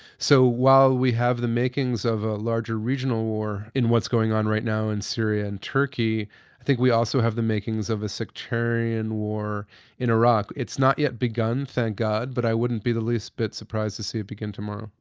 so while we have the makings of a larger regional war in what's going on right now in syria and turkey, i think we also have the makings of a sectarian war in iraq. it's not yet began, thank god, but i wouldn't be the least bit surprised to see it begin tomorrow.